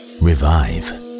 revive